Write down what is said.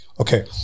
Okay